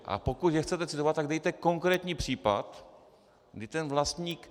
A pokud je chcete citovat, tak dejte konkrétní případ, kdy ten vlastník...